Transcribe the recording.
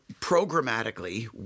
programmatically